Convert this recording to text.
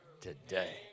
today